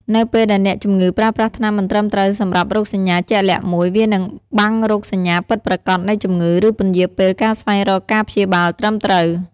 នៅពេលដែលអ្នកជំងឺប្រើប្រាស់ថ្នាំមិនត្រឹមត្រូវសម្រាប់រោគសញ្ញាជាក់លាក់មួយ វានឹងបាំងរោគសញ្ញាពិតប្រាកដនៃជំងឺ ឬពន្យារពេលការស្វែងរកការព្យាបាលត្រឹមត្រូវ។